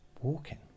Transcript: walking